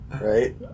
Right